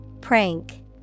Prank